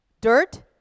dirt